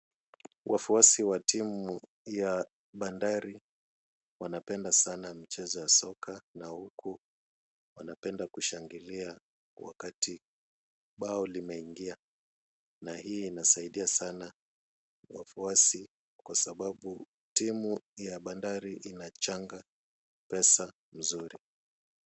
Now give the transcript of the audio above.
Wafuasi wa timu ya Bandari wanapenda sana mchezo wa soka na huku wanapenda kushangilia wakati bao limeingia na hii inasaidia sana wafuasi kwa sababu timu ya Bandari inachanga pesa nzuri.